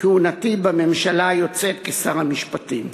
כהונתי בממשלה היוצאת כשר המשפטים.